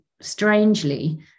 strangely